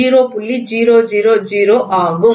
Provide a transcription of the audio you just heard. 000 ஆகும்